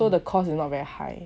so the cost is not very high